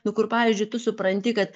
nu kur pavyzdžiui tu supranti kad